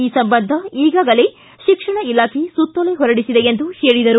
ಈ ಸಂಬಂಧ ಈಗಾಗಲೇ ಶಿಕ್ಷಣ ಇಲಾಖೆ ಸುತ್ತೋಲೆ ಹೊರಡಿಸಿದೆ ಎಂದು ಹೇಳಿದರು